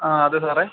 ആ അതെ സാറേ